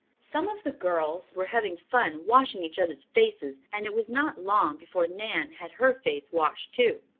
some of the girls were having fun washing each other's faces and it was not long before nan had her face washed too.